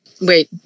Wait